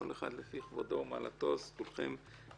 כל אחד לפי כבודו ומעלתו, כולכם ברוכים.